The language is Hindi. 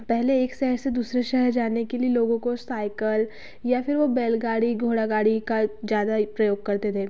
पहले एक शहर से दूसरे शहर जाने के लिए लोगों को साइकल या फिर वह बैलगाड़ी घोड़ागाड़ी का ज़्यादा ही प्रयोग करते थे